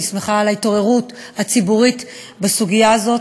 אני שמחה על ההתעוררות הציבורית בסוגיה הזאת.